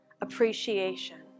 Appreciation